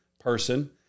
person